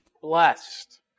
blessed